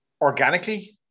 organically